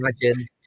imagine